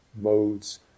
modes